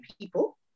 people